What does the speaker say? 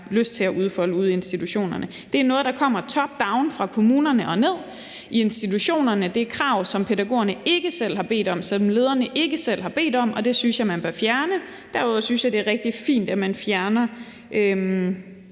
lyst til at udfolde ude i institutionerne, at gøre. Men det er noget, der kommer top down fra kommunerne og ned i institutionerne, og det er krav, som pædagogerne ikke selv har bedt om, og som lederne ikke selv har bedt om, og det synes jeg man bør fjerne. Derudover synes jeg, det er rigtig fint, at man fjerner